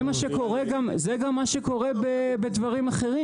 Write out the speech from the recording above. זה מה גם מה שקורה בדברים אחרים,